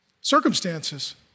circumstances